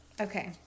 Okay